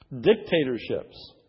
dictatorships